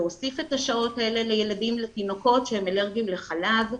להוסיף את השעות האלה לילדים ולתינוקות שהם אלרגיים לחלב,